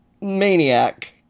maniac